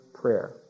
prayer